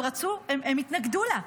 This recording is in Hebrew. הם התנגדו לה.